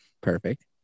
Perfect